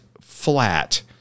flat